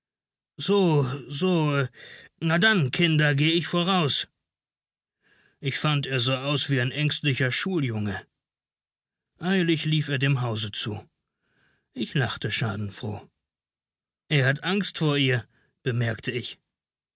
so so na dann kinder geh ich voraus ich fand er sah aus wie ein ängstlicher schuljunge eilig lief er dem hause zu ich lachte schadenfroh er hat angst vor ihr bemerkte ich